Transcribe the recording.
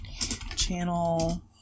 Channel